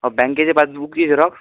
अ बँकेच्या पासबूकची झेरॉक्स